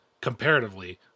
comparatively